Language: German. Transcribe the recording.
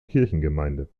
kirchengemeinde